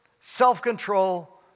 self-control